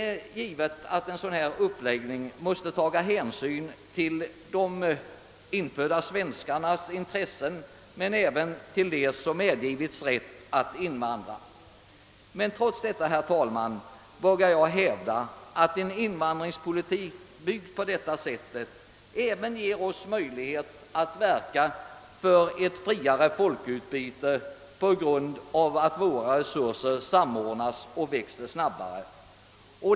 De infödda svenskarnas intressen måste givetvis beaktas men även deras intressen som erbjudits rätt att invandra. Trots detta vågar jag hävda att en invandringspolitik som den nu föreslagna ger oss möjlighet att verka för ett friare folkutbyte, eftersom våra resurser samordnas och växer snab bare.